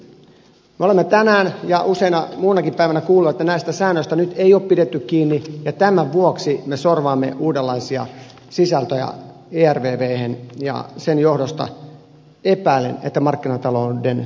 me olemme tänään ja useina muinakin päivinä kuulleet että näistä säännöistä nyt ei ole pidetty kiinni ja tämän vuoksi me sorvaamme uudenlaisia sisältöjä ervvhen ja sen johdosta epäilen että markkinatalouden usko horjuu